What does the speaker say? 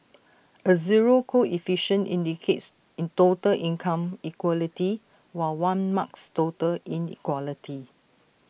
A zero coefficient indicates total income equality while one marks total inequality